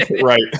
right